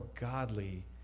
godly